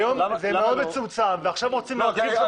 היום זה מאוד מצומצם ועכשיו רוצים להרחיב.